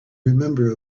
remember